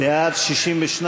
בעד, 62,